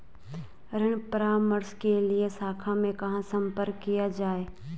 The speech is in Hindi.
ऋण परामर्श के लिए शाखा में कहाँ संपर्क किया जाए?